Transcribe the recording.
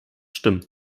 stimmen